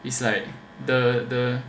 is like the